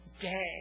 day